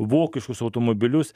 vokiškus automobilius